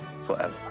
forever